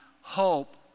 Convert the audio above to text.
hope